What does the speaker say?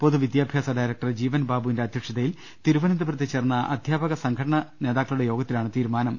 പൊതുവിദ്യാഭ്യാസ ഡയറക്ടർ ജീവൻ ബാബുവിന്റെ അധ്യക്ഷതയിൽ തിരുവനന്തപുരത്ത് ചേർന്ന അധ്യാപക സംഘടനാ നേതാ ക്കളുടെ യോഗത്തിലാണ് തീരുമാനം